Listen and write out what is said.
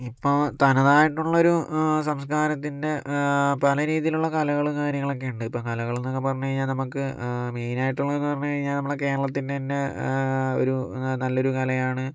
ഇപ്പോൾ തനതായിട്ടുള്ളൊരു സംസ്കാരത്തിൻ്റെ പല രീതിയിലുള്ള കലകളും കാര്യങ്ങളുമൊക്കെയുണ്ട് ഇപ്പം കലകൾന്നൊക്കെ പറഞ്ഞ് കഴിഞ്ഞാൽ നമുക്ക് മെയ്നായിട്ടുള്ളത്ന്ന് പറഞ്ഞ് കഴിഞ്ഞാൽ നമ്മളെ കേരളത്തിൻ്റെ തന്നെ ഒരു നല്ലൊരു കലയാണ്